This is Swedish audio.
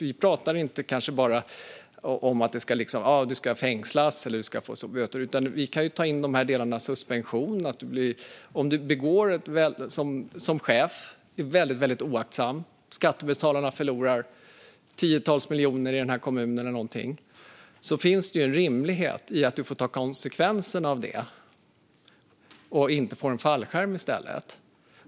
Vi pratar inte om fängelse eller böter, utan där finns till exempel suspension. Om en chef är oaktsam och skattebetalarna i kommunen förlorar tiotals miljoner finns det en rimlighet i att denne får ta konsekvenserna och inte får en fallskärm i stället.